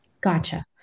Gotcha